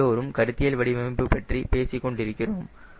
நாம் எல்லோரும் கருத்தியல் வடிவமைப்பு பற்றி பேசிக் கொண்டிருக்கிறோம்